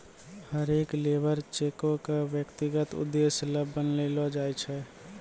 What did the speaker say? हरेक लेबर चेको क व्यक्तिगत उद्देश्य ल बनैलो जाय छै